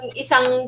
isang